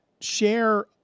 share